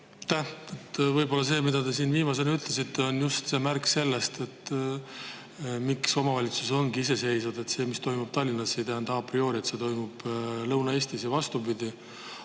Aitäh! Võib-olla see, mida te viimasena ütlesite, on just märk sellest, miks omavalitsused ongi iseseisvad. See, mis toimub Tallinnas, ei tähendaa priori, et see toimub Lõuna-Eestis ja vastupidi.